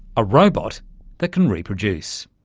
a robot that can reproduce.